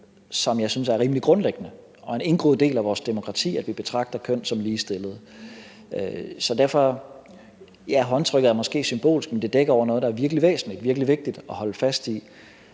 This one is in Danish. som jeg synes er rimelig grundlæggende, og det er en indgroet del af vores demokrati, at vi betragter køn som ligestillede. Ja, håndtrykket er måske symbolsk, men det dækker over noget, der er virkelig væsentligt, virkelig vigtigt at holde fast i.